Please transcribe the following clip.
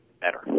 better